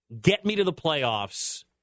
get-me-to-the-playoffs